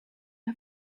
her